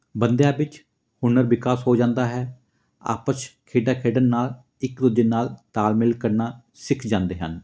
ਬੰਦਿਆਂ ਵਿੱਚ ਹੁਨਰ ਵਿਕਾਸ ਹੋ ਜਾਂਦਾ ਹੈ ਆਪਸ 'ਚ ਖੇਡਾਂ ਖੇਡਣ ਨਾਲ ਇੱਕ ਦੂਜੇ ਨਾਲ ਤਾਲਮੇਲ ਕਰਨਾ ਸਿੱਖ ਜਾਂਦੇ ਹਨ